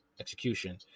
execution